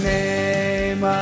name